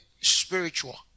spiritual